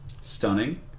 stunning